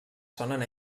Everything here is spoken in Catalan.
sonen